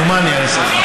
מה אני אעשה?